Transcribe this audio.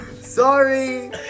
Sorry